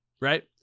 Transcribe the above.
right